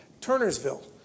Turnersville